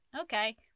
okay